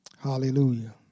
Hallelujah